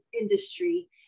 industry